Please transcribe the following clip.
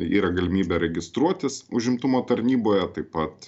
yra galimybė registruotis užimtumo tarnyboje taip pat